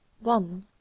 One